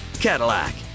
Cadillac